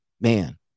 man